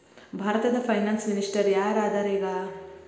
ಭಾರತದ finance minister ಯಾರ್ ಅದರ ಈಗ?